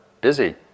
Busy